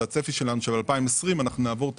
המשטרה באה לפה כל הזמן בבקשות להעברות.